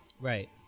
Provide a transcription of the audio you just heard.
Right